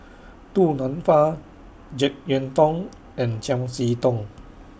Du Nanfa Jek Yeun Thong and Chiam See Tong